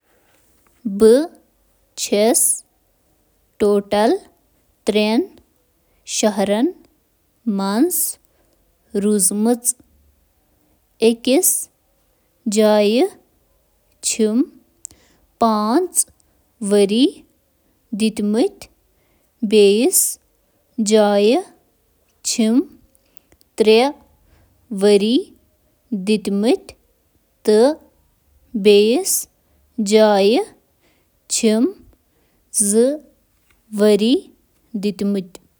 بہٕ اوس زٕ۔ ترے شہرن منٛز روزان۔ مےٚ گُزٲرۍ تَتہِ زٕ۔ ترے- ؤری۔